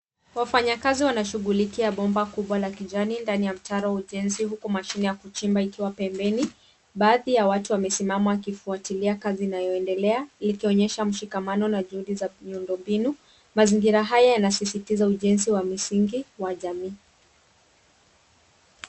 Wafanyakazi wanashughulikia bomba kubwa la kijani ndani ya mtaro wa ujenzi huku mashine ya kuchimba ikiwa pembeni. Baadhi ya watu wamesimama wakifuatilia kazi inayoendelea, ikionyesha mshikamano na juhudi za miundombinu. Mazingira haya yanasisitiza ujenzi wa misingi wa jamii.